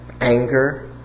anger